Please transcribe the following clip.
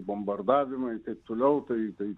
bombardavimai taip toliau tai tai